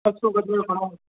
सत सौ गज जो खणो